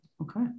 Okay